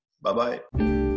bye-bye